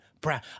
Brown